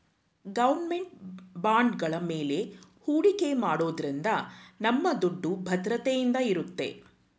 government ಬಾಂಡ್ಗಳ ಮೇಲೆ ಹೂಡಿಕೆ ಮಾಡೋದ್ರಿಂದ ನಮ್ಮ ದುಡ್ಡು ಭದ್ರತೆಯಿಂದ ಇರುತ್ತೆ